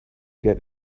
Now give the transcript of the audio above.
get